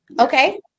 Okay